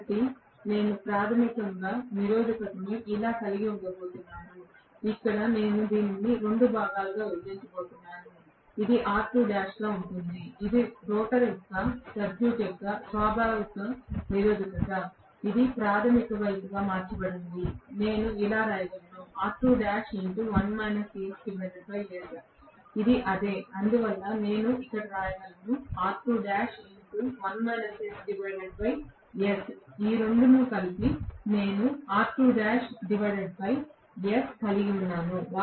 కాబట్టి నేను ప్రాథమికంగా నిరోధకతను ఇలా కలిగి ఉండబోతున్నాను ఇక్కడ నేను దీనిని 2 భాగాలుగా విభజించబోతున్నాను ఇది R2' గా ఉంటుంది ఇది రోటర్ సర్క్యూట్ యొక్క స్వాభావిక నిరోధకత ఇది ప్రాధమిక వైపుగా మార్చబడుతుంది ఇది నేను ఇలా వ్రాయగలను ఇది అదే అందువల్ల నేను ఇక్కడ వ్రాయగలను ఈ రెండూ కలిసి నేను కలిగి ఉన్నాను